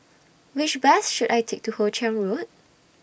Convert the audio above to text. Which Bus should I Take to Hoe Chiang Road